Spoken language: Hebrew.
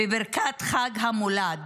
בברכת חג המולד.